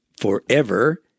forever